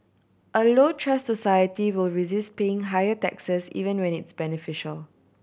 a low trust society will resist paying higher taxes even when it's beneficial